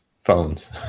phones